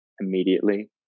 immediately